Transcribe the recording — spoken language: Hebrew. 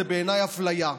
זו בעיניי אפליה.